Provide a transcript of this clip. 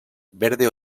verde